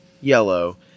yellow